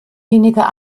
weniger